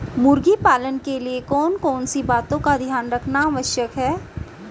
मुर्गी पालन के लिए कौन कौन सी बातों का ध्यान रखना आवश्यक है?